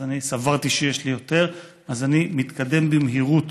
אז אני סברתי שיש לי יותר, אז אני מתקדם במהירות